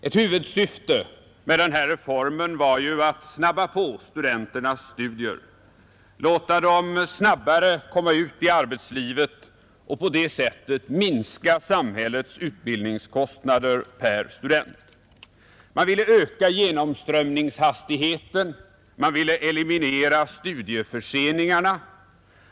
Ett huvudsyfte med den här reformen var ju att snabba på studenternas studier, låta dem fortare komma ut i arbetslivet och på det sättet minska samhällets utbildningskostnader per student. Man ville öka genomströmningshastigheten. Man ville eliminera studieförseningarna.